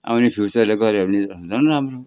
आउने फ्युचरले गर्यो भने झन् राम्रो